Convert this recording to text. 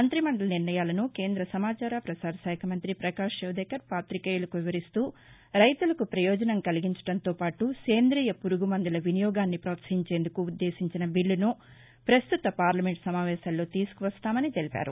మంతి మండలి నిర్ణయాలను కేంద్ర సమాచార ప్రసార శాఖ మంత్రి ప్రకాష్ జవదేకర్ పాతికేయులకు వివరిస్తూ రైతులకు ప్రయోజనం కలిగించడంతోపాటు సేందియ పురుగు మందుల వినియోగాన్ని ప్రోత్సహించేందుకు ఉద్దేశించిన బిల్లును ప్రస్తుత పార్లమెంటు సమావేశాల్లో తీసుకువస్తామని తెలిపారు